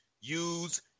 use